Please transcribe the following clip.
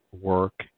work